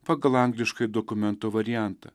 pagal angliškąjį dokumento variantą